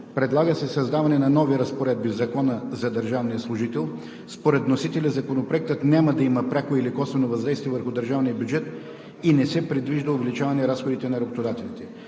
Предлага се създаване на нови разпоредби в Закона за държавния служител. Според вносителя Законопроектът няма да има пряко или косвено въздействие върху държавния бюджет и не се предвижда увеличаване разходите на работодателите.